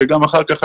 שגם אחר כך,